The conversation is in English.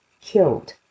killed